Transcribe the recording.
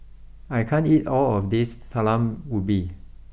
I can't eat all of this Talam Ubi